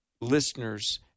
listeners